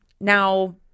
now